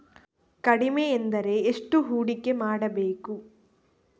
ಕಡಿಮೆ ಎಂದರೆ ಎಷ್ಟು ಹೂಡಿಕೆ ಮಾಡಬೇಕು?